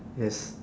yes